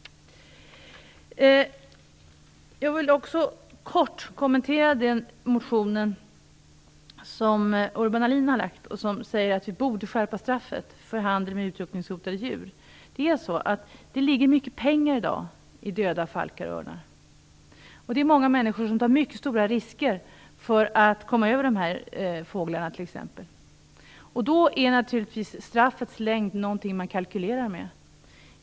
Jag vill också kort kommentera den motion som Urban Ahlin har väckt och där det anförs att straffet för handel med utrotningshotade djur borde skärpas. Det ligger i dag mycket pengar i döda falkar och örnar. Många människor tar mycket stora risker för att komma över t.ex. dessa fåglar. Straffets längd är då naturligtvis något som man kalkylerar med.